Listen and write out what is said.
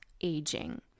aging